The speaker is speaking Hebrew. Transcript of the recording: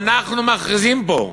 ואנחנו מכריזים פה: